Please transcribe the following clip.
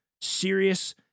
serious